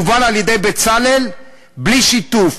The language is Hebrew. מובל על-ידי בצלאל בלי שיתוף,